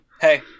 hey